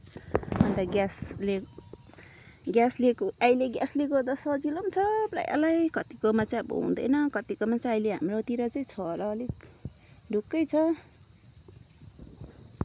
अन्त ग्यासले ग्यासले अहिले ग्यासले गर्दा सजिलो पनि छ प्रायलाई कतिकोमा चाहिँ अब हुँदैन कतिकोमा चाहिँ अहिले हाम्रोतिर चाहिँ छ र अलिक ढुक्कै छ